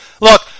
Look